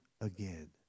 again